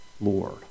Lord